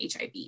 HIV